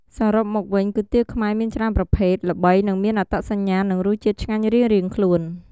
សរុបមកវិញ គុយទាវខ្មែរមានច្រើនប្រភេទ ល្បី និងមានអត្តសញ្ញាណ និងរសជាតិឆ្ងាញ់រៀងៗខ្លួន។